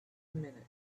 minute